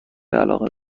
علاقه